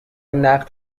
نقد